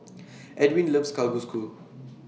Edwina loves Kalguksu